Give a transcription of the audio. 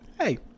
hey